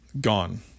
gone